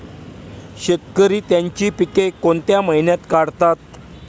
शेतकरी त्यांची पीके कोणत्या महिन्यात काढतात?